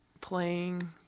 playing